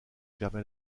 permet